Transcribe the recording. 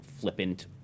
flippant